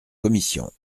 commissions